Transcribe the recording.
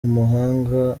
umuhanga